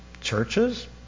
Churches